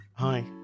Hi